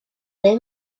let